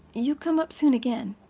you'll come up soon again.